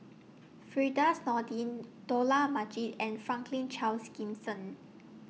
Firdaus Nordin Dollah Majid and Franklin Charles Gimson